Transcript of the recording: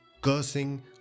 Cursing